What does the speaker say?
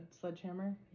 sledgehammer